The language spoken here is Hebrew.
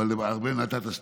לארבל נתת שתיים.